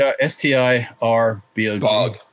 S-T-I-R-B-O-G